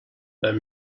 let